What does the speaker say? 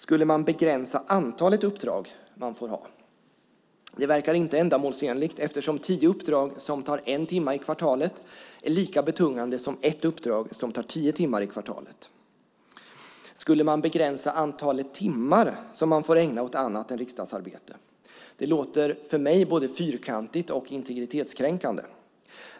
Skulle man begränsa antalet uppdrag ledamöter får ha? Det verkar inte ändamålsenligt eftersom tio uppdrag som tar en timme i kvartalet är lika betungande som ett uppdrag som tar tio timmar i kvartalet. Skulle man begränsa antalet timmar som man får ägna åt annat än riksdagsarbete? Det låter för mig både fyrkantigt och integritetskränkande.